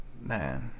Man